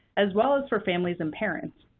as well as for families and parents.